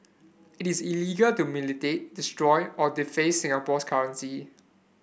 it is illegal to mutilate destroy or deface Singapore's currency